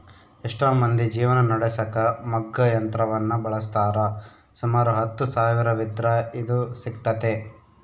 ಎಷ್ಟೊ ಮಂದಿ ಜೀವನ ನಡೆಸಕ ಮಗ್ಗ ಯಂತ್ರವನ್ನ ಬಳಸ್ತಾರ, ಸುಮಾರು ಹತ್ತು ಸಾವಿರವಿದ್ರ ಇದು ಸಿಗ್ತತೆ